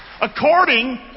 According